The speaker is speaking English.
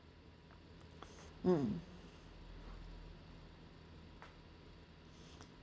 mm